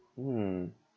mm